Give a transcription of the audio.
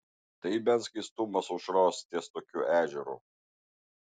tai bent skaistumas aušros ties tokiu ežeru